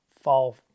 fall